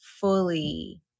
fully